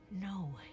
No